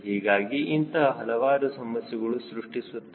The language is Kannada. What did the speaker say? ಹೀಗಾಗಿ ಇಂತಹ ಹಲವಾರು ಸಮಸ್ಯೆಗಳು ಸೃಷ್ಟಿಸುತ್ತದೆ